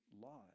lot